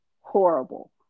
horrible